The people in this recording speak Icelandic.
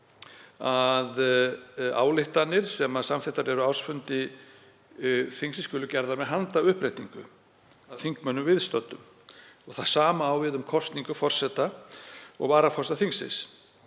að ályktanir sem samþykktar eru á ársfundi þingsins skulu gerðar með handauppréttingu að þingmönnum viðstöddum. Það sama á við um kosningu forseta og varaforseta þingsins.